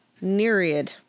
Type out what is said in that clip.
Nereid